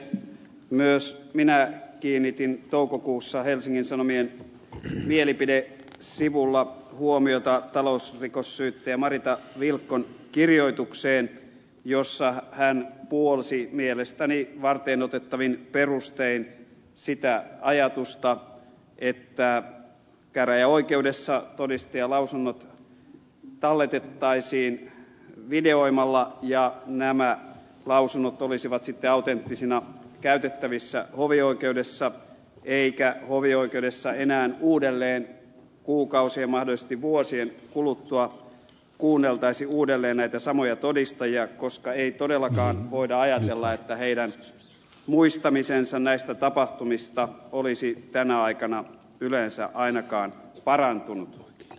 myös minä kiinnitin huomiota toukokuussa helsingin sanomien mielipidesivulla olleeseen talousrikossyyttäjä marita vilkon kirjoitukseen jossa hän puolsi mielestäni varteenotettavin perustein sitä ajatusta että käräjäoikeudessa todistajalausunnot talletettaisiin videoimalla ja nämä lausunnot olisivat sitten autenttisina käytettävissä hovioikeudessa eikä hovioikeudessa enää uudelleen kuukausien mahdollisesti vuosien kuluttua kuunneltaisi näitä samoja todistajia koska ei todellakaan voida ajatella että heidän muistamisensa näistä tapahtumista olisi tänä aikana yleensä ainakaan parantunut